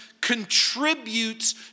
contributes